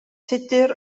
tudur